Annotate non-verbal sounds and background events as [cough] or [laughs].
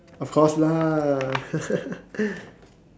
of course lah [laughs]